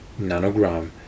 nanogram